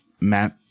Matt